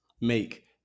make